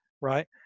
right